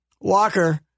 Walker